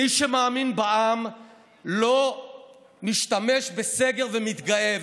מי שמאמין בעם לא משתמש בסגר ומתגאה.